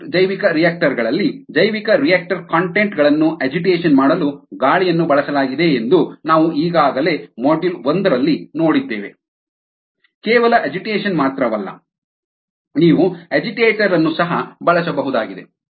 airlift ಜೈವಿಕರಿಯಾಕ್ಟರ್ ಗಳಲ್ಲಿ ಜೈವಿಕರಿಯಾಕ್ಟರ್ ಕಂಟೆಂಟ್ ಗಳನ್ನು ಅಜಿಟೇಷನ್ ಮಾಡಲು ಗಾಳಿಯನ್ನು ಬಳಸಲಾಗಿದೆಯೆಂದು ನಾವು ಈಗಾಗಲೇ ಮಾಡ್ಯೂಲ್ ಒಂದರಲ್ಲಿ ನೋಡಿದ್ದೇವೆ ಕೇವಲ ಅಜಿಟೇಷನ್ ಮಾತ್ರವಲ್ಲ ನೀವು ಅಜಿಟೇಟರ್ ಅನ್ನು ಸಹ ಬಳಸಬಹುದಾಗಿದೆ